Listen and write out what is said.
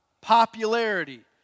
Popularity